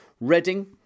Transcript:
Reading